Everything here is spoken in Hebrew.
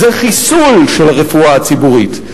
זה חיסול של הרפואה הציבורית.